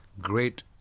great